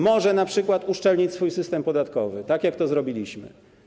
Może np. uszczelnić swój system podatkowy, tak jak to zrobiliśmy.